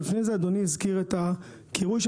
לפני שאתייחס בקצרה לפינוי-בינוי,